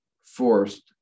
forced